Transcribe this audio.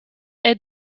est